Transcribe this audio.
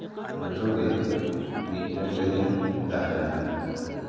ᱡᱚᱛᱚ ᱜᱮ ᱢᱤᱫ ᱴᱷᱮᱱ ᱜᱮᱞᱮ ᱛᱟᱦᱮᱱᱟ